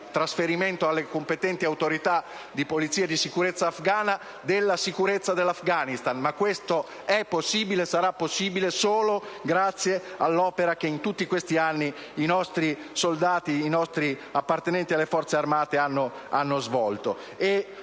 trasferimento alle competenti autorità di polizia e di sicurezza afghane della sicurezza dell'Afghanistan, ma questo è e sarà possibile solo grazie all'opera svolta in tutti questi anni, dai nostri soldati, dagli appartenenti alle Forze armate. Nei giorni